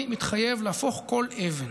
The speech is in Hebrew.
אני מתחייב להפוך כל אבן,